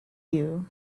you